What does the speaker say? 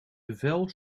bevel